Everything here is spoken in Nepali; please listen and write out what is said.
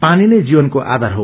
पानी नै जीवनको आधर हो